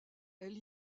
elle